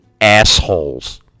assholes